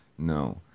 No